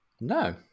no